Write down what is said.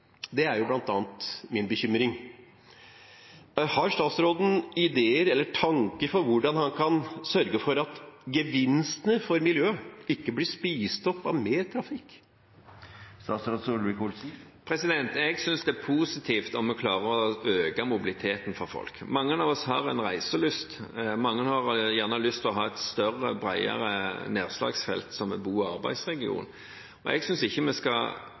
Det er bl.a. min bekymring. Har statsråden noen ideer eller tanker om hvordan han kan sørge for at gevinstene for miljøet ikke blir spist opp av mer trafikk? Jeg synes det er positivt om vi klarer å øke mobiliteten for folk. Mange av oss har reiselyst. Mange har gjerne lyst til å ha et større og bredere nedslagsfelt som en bo- og arbeidsregion. Jeg synes ikke vi skal prøve å begrense det mest mulig, men jeg er enig i at vi skal